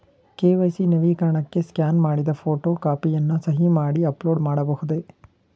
KYC ನವೀಕರಣಕ್ಕೆ scan ಮಾಡಿದ photo ಕಾಪಿಯನ್ನು ಸಹಿ ಮಾಡಿ ಅಪ್ಲೋಡ್ ಮಾಡಬಹುದೇ?